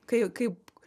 kai kaip